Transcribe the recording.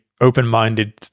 open-minded